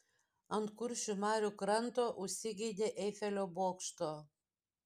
ant kuršių marių kranto užsigeidė eifelio bokšto